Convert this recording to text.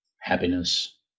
happiness